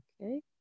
Okay